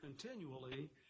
continually